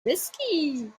risky